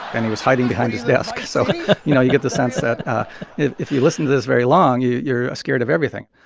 and he was hiding behind his desk so you know, you get the sense that if if you listen to this very long, you're scared of everything.